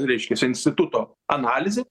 reiškias instituto analizė